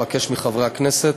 אבקש מחברי הכנסת